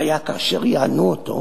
והיה כאשר יענו אותו